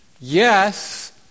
Yes